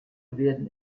werden